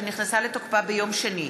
שנכנסה לתוקפה ביום שני,